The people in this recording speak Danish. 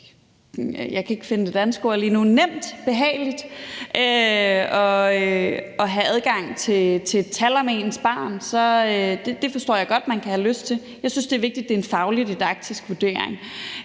kan være enormt sådan nemt og behageligt at have adgang til et tal om ens barn. Så det forstår jeg godt at man kan have lyst til. Jeg synes, det er vigtigt, at det er en faglig-didaktisk vurdering